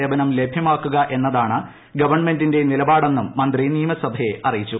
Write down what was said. സേവനം ജ്യൂമാക്കുക എന്നതാണ് ഗവൺമെന്റിന്റെ നിലപാടെന്ന് മന്ത്രി നിയമ്സ്ഭൂര്യ അറിയിച്ചു